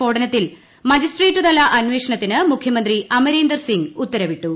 സ്ഫോടനത്തിൽ മജിസ്ട്രേറ്റ് തല അന്വേഷണത്തിന് മുഖ്യമന്ത്രി അമരേന്ദർ സിങ്ങ് ഉത്തരവിട്ടു